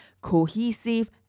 cohesive